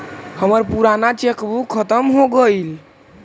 हमर पूराना cheque book खत्म हो गईल